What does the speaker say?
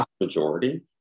majority